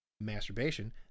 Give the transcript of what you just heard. masturbation